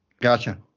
Gotcha